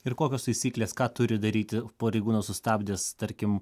ir kokios taisyklės ką turi daryti pareigūnas sustabdęs tarkim